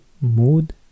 Mood